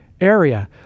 area